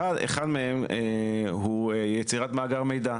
אחד מהם הוא יצירת מאגר מידע,